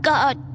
God